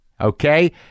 Okay